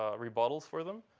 ah rebuttals for them.